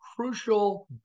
crucial